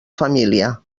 família